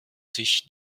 sich